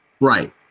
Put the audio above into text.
Right